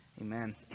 Amen